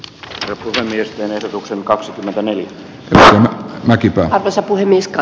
kemiöstä verotuksen kaksikymmentäneljä m mäkipää sattui miska